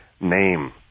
name